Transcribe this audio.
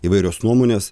įvairios nuomonės